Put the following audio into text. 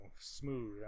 smooth